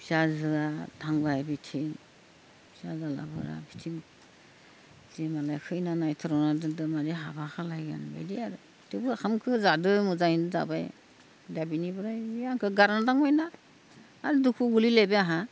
फिसाजोआ थांबाय बिथिं जारला बारला बिथिं जिमोनाखै होननानै थोरनानै दोनदो माने हाबा खालामगोन बिदि आरो थेवबो ओंखामखौ जादो मोजाङैनो जाबाय दा बेनिफ्राय बियो आंखो गारनानै थांबायना आरो दुखुआ गोग्लैलायबाय आंहा